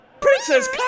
princess